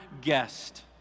guest